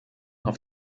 auf